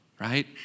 right